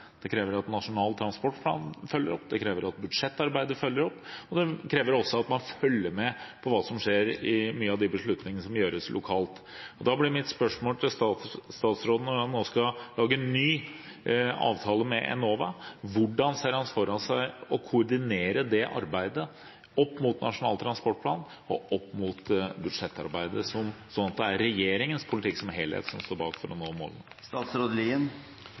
Det krever at Nasjonal transportplan følger det opp, det krever at budsjettarbeidet følger det opp, og det krever også at man følger med på hva som skjer ved mange av de beslutningene som gjøres lokalt. Da blir mitt spørsmål til statsråden: Når han nå skal lage en ny avtale med Enova, hvordan ser han for seg å koordinere det arbeidet opp mot Nasjonal transportplan og opp mot budsjettarbeidet, slik at det er regjeringens politikk som helhet som står bak for å nå